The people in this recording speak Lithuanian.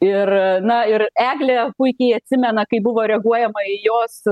ir na ir eglė puikiai atsimena kaip buvo reaguojama į jos